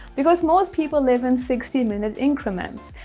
because most people live in sixty minute increments.